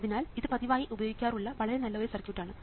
അതിനാൽ ഇത് പതിവായി ഉപയോഗിക്കാറുള്ള വളരെ നല്ല ഒരു സർക്യൂട്ടാണ്